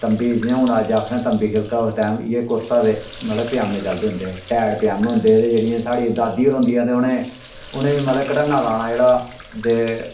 तम्बी जियां हून अज्ज आक्खना तम्बी खिलका उस टैम इ'यै कुर्ता ते मतलब पजामें चलदे होंदे हे टैट पजामे होंदे हे ते जेह्ड़े साढ़ियां दादी होर होंदियां हियां ते उ'नें उ'नें बी मतलब घटन्ना लाना जेह्ड़ा ते